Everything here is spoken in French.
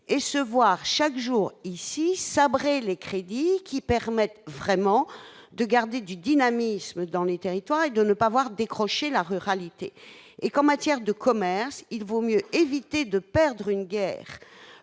et se voir chaque jour ici sabrer les crédits qui permettent vraiment de garder du dynamisme dans les territoires et de ne pas avoir décroché la ruralité et qu'en matière de commerce, il vaut mieux éviter de perdre une guerre